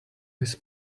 his